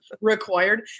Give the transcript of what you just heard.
required